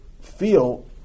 feel